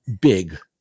big